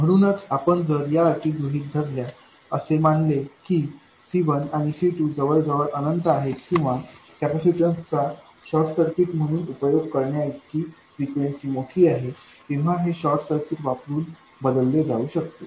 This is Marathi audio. म्हणूनच आपण जर या अटी गृहीत धरल्या असे मानले की C1 आणि C2 जवळ जवळ अनंत आहे किंवा कॅपेसिटन्सचा शॉर्ट सर्किट्स म्हणून उपयोग करण्या इतकी फ्रिक्वेन्सी मोठी आहे तेव्हा हे शॉर्ट सर्किट्स वापरूण बदलले जाऊ शकते